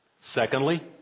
Secondly